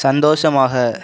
சந்தோஷமாக